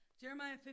jeremiah